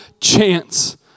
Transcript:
chance